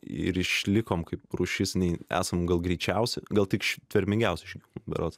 ir išlikom kaip rūšis nei esam gal greičiausi gal tik ištvermingiausi berods